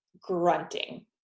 grunting